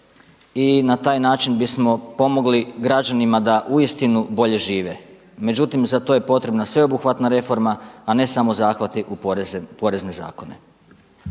i na taj način bismo pomogli građanima da uistinu bolje žive. Međutim, za to je potrebna sveobuhvatna reforma a ne samo zahvati u porezne zakone.